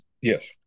Yes